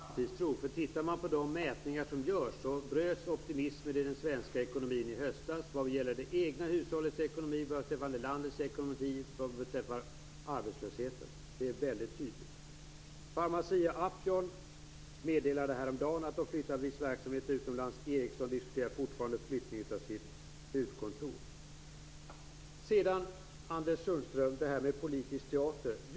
Fru talman! Det är bra att näringsministern har framtidstro, för om man tittar på de mätningar som görs bröts optimismen i den svenska ekonomin i höstas vad gäller det egna hushållets ekonomi, beträffande landets ekonomi och vad beträffar arbetslösheten. Det är väldigt tydligt. Pharmacia & Upjohn meddelade häromdagen att viss verksamhet flyttas utomlands, och Ericsson diskuterar fortfarande flyttning av sitt huvudkontor. Sedan, Anders Sundström, detta med politisk teater.